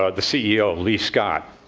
ah the ceo, lee scott,